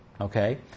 Okay